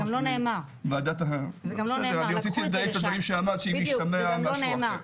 אני רציתי לדייק את הדברים שאמרת שלא ישתמע משהו אחר.